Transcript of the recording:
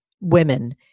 women